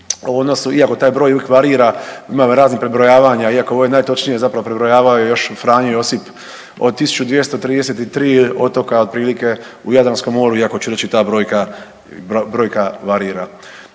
iako taj broj uvijek varira, imam raznih prebrojavanja iako ovo je najtočnije zapravo prebrojavao je još Franjo Josip od 1233 otoka otprilike u Jadranskom moru iako ću reći ta brojka, brojka